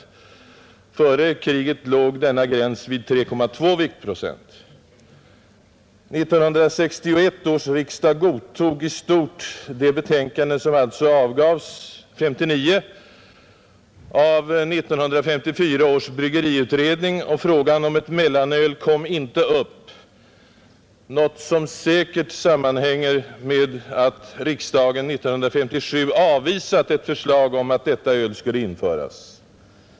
Före kriget låg denna gräns vid 3,2 viktprocent. 1961 års riksdag godtog i stort det betänkande som avgavs 1959 av 1954 års bryggeriutredning, och frågan om ett mellanöl kom då inte upp, något som säkerligen sammanhänger med att riksdagen 1957 avvisat ett förslag om att detta öl skulle införas.